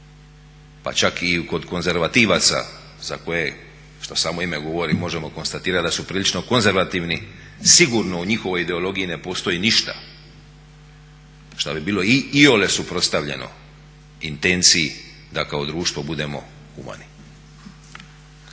pa čak i kod konzervativaca za koje što samo ime govori možemo konstatirati da su prilično konzervativni sigurno u njihovoj ideologiji ne postoji ništa što bi bilo iole suprotstavljeno intenciji da kao društvo budemo humani.